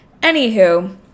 Anywho